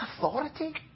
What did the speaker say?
authority